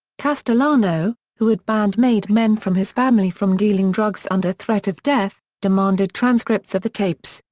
castellano, who had banned made men from his family from dealing drugs under threat of death, demanded transcripts of the tapes,